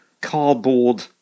cardboard